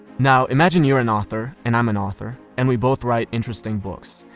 now imagine you're an author, and i'm an author. and we both write interesting books,